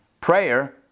prayer